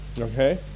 Okay